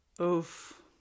oof